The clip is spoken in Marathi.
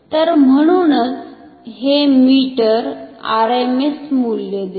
तर म्हणूनच हे मीटर RMS मूल्य देते